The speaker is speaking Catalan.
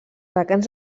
vacants